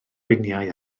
biniau